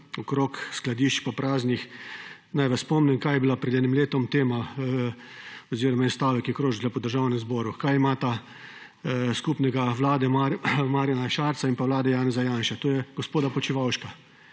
okrog praznih skladišč, naj vas spomnim, kaj je bila pred enim letom tema oziroma en stavek je krožil po Državnem zboru: Kaj imata skupnega vlada Marjana Šarca in pa vlada Janeza Janše? To je gospod Počivalšek,